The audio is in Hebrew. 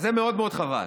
וזה מאוד מאוד חבל.